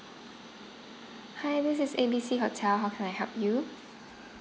hi this is A B C hotel how can I help you